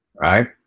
right